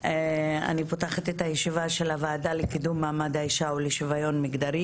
אני פותחת את הישיבה של הוועדה לקידום מעמד האישה ולשוויון מגדרי.